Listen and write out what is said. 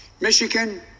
Michigan